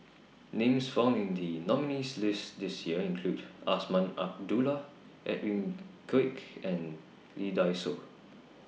Names found in The nominees' list This Year include Azman Abdullah Edwin Koek and Lee Dai Soh